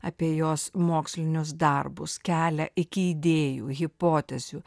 apie jos mokslinius darbus kelią iki idėjų hipotezių